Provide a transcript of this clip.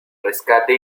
rescate